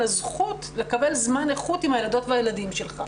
הזכות לקבל זמן איכות עם הילדות והילדים שלך.